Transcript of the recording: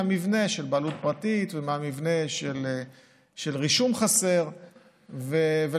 המבנה של בעלות פרטית והמבנה של רישום חסר לכן,